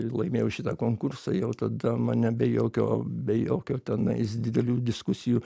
laimėjau šitą konkursą jau tada mane be jokio be jokio tenais didelių diskusijų